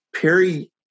Perry